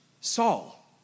Saul